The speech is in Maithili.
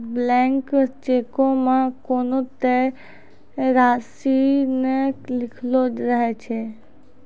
ब्लैंक चेको मे कोनो देय राशि नै लिखलो रहै छै